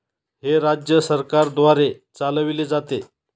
हे राज्य सरकारद्वारे चालविले जाते